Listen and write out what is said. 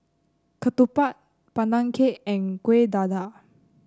ketupat Pandan Cake and Kueh Dadar